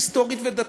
היסטורית ודתית,